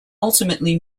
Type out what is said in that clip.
ultimately